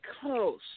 close